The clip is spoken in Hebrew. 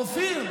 אופיר,